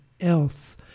else